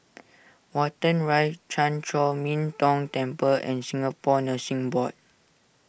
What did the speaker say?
Watten Rise Chan Chor Min Tong Temple and Singapore Nursing Board